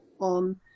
on